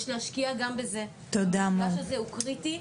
יש להשקיע גם בזה, המשולש הזה הוא קריטי,